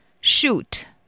Shoot